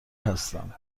هستم